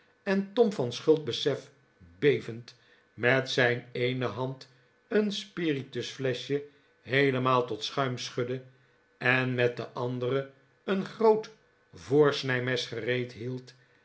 en tom van schuldbesef bevend met zijn eene hand een spiritusfleschje heelemaal tot schuim schudde en met de andere een groot voorsnijmes gereed hield